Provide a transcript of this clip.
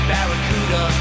Barracuda